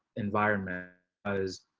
environment as